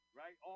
right